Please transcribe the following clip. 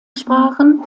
sprachen